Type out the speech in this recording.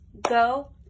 go